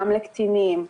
גם לקטינים,